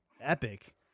epic